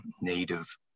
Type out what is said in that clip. native